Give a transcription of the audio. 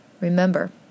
Remember